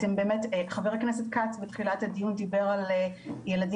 חבר הכנסת כץ דיבר בתחילת הדיון על ילדים